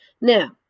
Now